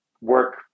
work